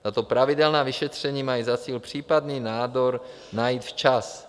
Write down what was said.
Tato pravidelná vyšetření mají za cíl případný nádor najít včas.